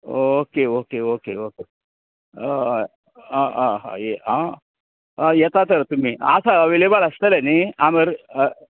okay okay okay okay हय आं हां आं हय येतात तर तुमी आसा अवेलेबल आसतलें न्हय आं बरे हय